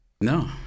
No